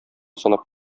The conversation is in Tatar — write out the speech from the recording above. санап